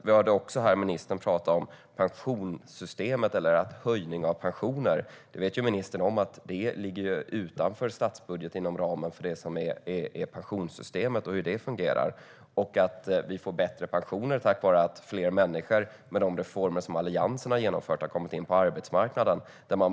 Vi hörde ministern tala om höjningar av pensioner. Ministern vet att det ligger utanför statsbudgeten och inom ramen för pensionssystemet och hur det fungerar. Vi får bättre pensioner för att fler människor tack vare Alliansens reformer har kommit in på arbetsmarknaden.